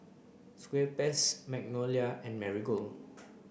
Schweppes Magnolia and Marigold